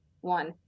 one